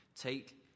Take